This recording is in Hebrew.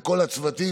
לכל הצוותים.